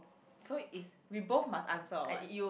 so is we both must answer or what